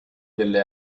belle